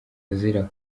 azira